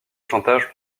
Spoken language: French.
chantage